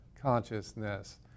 consciousness